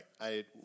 right